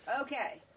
Okay